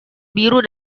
biru